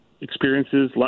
experiences